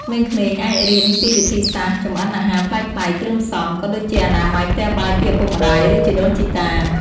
ក្មេងៗអាចរៀនពីវិធីសាស្រ្តចម្អិនអាហារប្លែកៗ គ្រឿងផ្សំ ក៏ដូចជាអនាម័យផ្ទះបាយពីឪពុកម្ដាយ ឬជីដូនជីតា ។